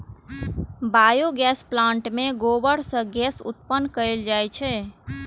biogas plant मे गोबर सं गैस उत्पन्न कैल जाइ छै